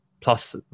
plus